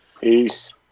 Peace